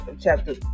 chapter